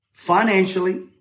Financially